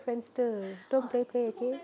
Friendster don't play play okay